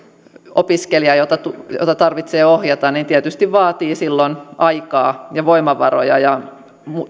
se että opiskelijaa tarvitsee ohjata tietysti vaatii aikaa ja voimavaroja ja